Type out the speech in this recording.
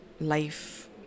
life